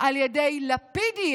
על ידי לפיDS,